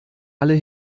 alle